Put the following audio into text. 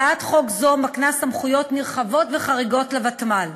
הצעת חוק זו מקנה סמכויות נרחבות וחריגות לוותמ"ל.